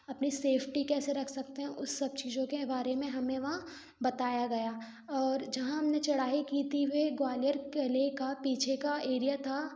अपनी सेफ्टी कैसे रख सकते हैं उस सब चीजों के बारे में हमें वहाँ बताया गया और जहाँ हमने चढ़ाई की थी वे ग्वालियर किले का पीछे का एरिया था